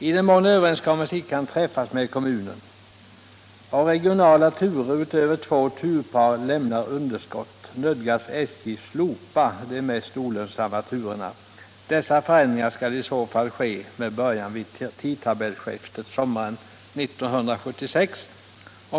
I den mån överenskommelse icke kan träffas med kommunen och regionala” turer — utöver två turpar — lämnar underskott, nödgas SJ slopa de mest olönsamma turerna. Dessa förändringar skall i så fall ske med början vid tidtabellsskiftet sommaren 1976.